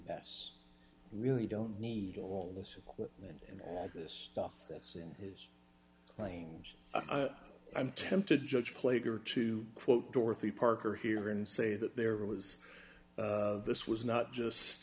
we really don't need all this equipment and all this stuff that's in his claims i'm tempted judge plague or to quote dorothy parker here and say that there was this was not just